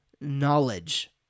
knowledge